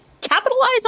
capitalize